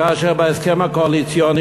כאשר בהסכם הקואליציוני,